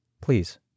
please